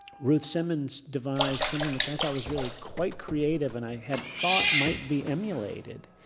ruth simmons devised something which i thought was really quite creative, and i had thought might be emulated,